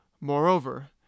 Moreover